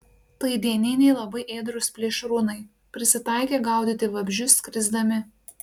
tai dieniniai labai ėdrūs plėšrūnai prisitaikę gaudyti vabzdžius skrisdami